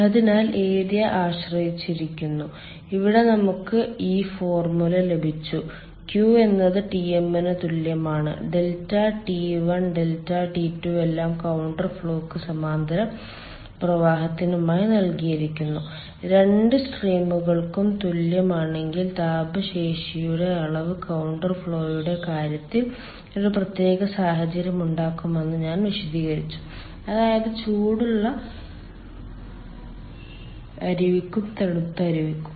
അതിനാൽ ഏരിയയെ ആശ്രയിച്ചിരിക്കുന്നു ഇവിടെ നമുക്ക് ഈ ഫോർമുല ലഭിച്ചു Q എന്നത് tm ന് തുല്യമാണ് ഡെൽറ്റ T 1 ഡെൽറ്റ T 2 എല്ലാം കൌണ്ടർ ഫ്ലോയ്ക്കും സമാന്തര പ്രവാഹത്തിനുമായി നൽകിയിരിക്കുന്നു രണ്ട് സ്ട്രീമുകൾക്കും തുല്യമാണെങ്കിൽ താപ ശേഷിയുടെ അളവ് കൌണ്ടർ ഫ്ലോയുടെ കാര്യത്തിൽ ഒരു പ്രത്യേക സാഹചര്യമുണ്ടാകാമെന്ന് ഞാൻ വിശദീകരിച്ചു അതായത് ചൂടുള്ള അരുവിക്കും തണുത്ത അരുവിക്കും